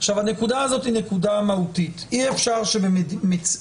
הנקודה הזאת היא נקודה מהותית אי אפשר שבמציאות